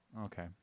Okay